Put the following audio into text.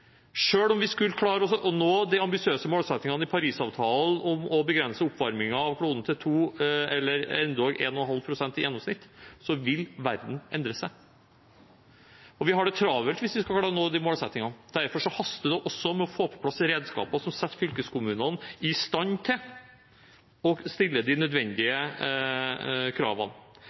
om vi skulle klare å nå de ambisiøse målsettingene i Parisavtalen om å begrense oppvarmingen av kloden til 2 pst., eller endog 1,5 pst., i gjennomsnitt, vil verden endre seg. Vi har det travelt hvis vi skal klare å nå de målsettingene. Derfor haster det også med å få plass redskaper som setter fylkeskommunene i stand til å stille de nødvendige kravene.